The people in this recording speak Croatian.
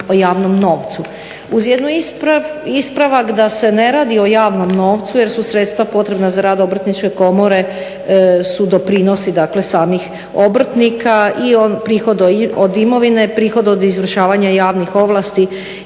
Uz jedan ispravak, da se ne radi o javnom novcu jer su sredstva potrebna za rad Obrtničke komore su doprinosi samih obrtnika i prihod od imovine, prihod od izvršavanja javnih ovlasti